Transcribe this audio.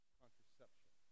contraception